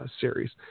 series